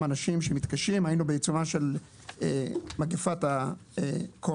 אנשים שמתקשים היינו בעיצומה של מגפת הקורונה,